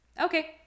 Okay